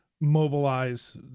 mobilize